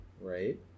right